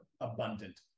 abundant